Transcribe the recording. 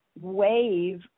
wave